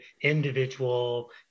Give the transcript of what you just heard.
individual